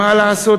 מה לעשות,